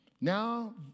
now